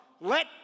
Let